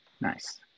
nice